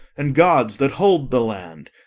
and gods that hold the land,